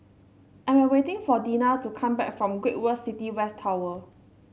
I am waiting for Deena to come back from Great World City West Tower